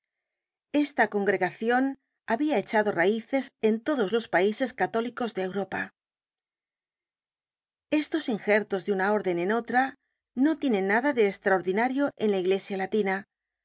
esta congregacion habia echado raices en todos los paises católicos de europa estos injertos de una orden en otra no tienen nada de estraordinario en la iglesia latina